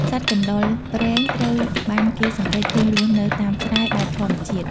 សត្វកណ្តុរព្រែងត្រូវបានគេសង្កេតឃើញរស់នៅតាមស្រែ បែបធម្មជាតិ។